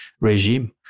regime